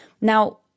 Now